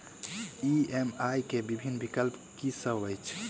EMI केँ विभिन्न विकल्प की सब अछि